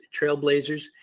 trailblazers